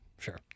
sure